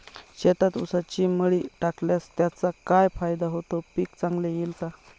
शेतात ऊसाची मळी टाकल्यास त्याचा काय फायदा होतो, पीक चांगले येईल का?